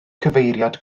cyfeiriad